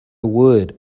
would